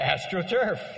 AstroTurf